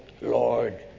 Lord